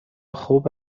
خوب